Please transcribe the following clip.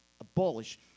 abolish